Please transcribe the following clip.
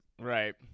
Right